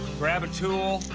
grab a tool.